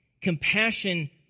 Compassion